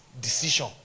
decision